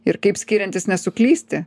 ir kaip skiriantis nesuklysti